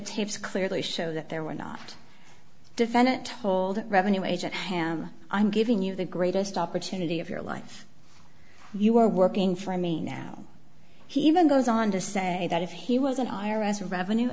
tapes clearly show that there were not defendant told revenue agent ham i'm giving you the greatest opportunity of your life you are working for i mean now he even goes on to say that if he was an i r s revenue